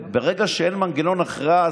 ברגע שאין מנגנון הכרעה,